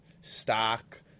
stock